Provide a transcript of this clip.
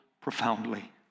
profoundly